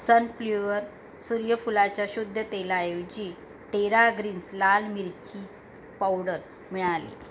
सनफ्ल्युअर सूर्यफुलाच्या शुद्ध तेलाऐवजी टेरा ग्रीन्स लाल मिर्ची पावडर मिळाली